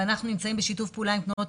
ואנחנו נמצאים בשיתוף פעולה עם תנועות